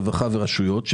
של רווחה ורשויות מקומיות,